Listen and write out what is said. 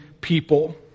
people